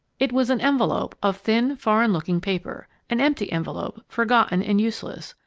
it was an envelop of thin, foreign-looking paper an empty envelop, forgotten and useless,